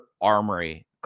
armory